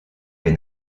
des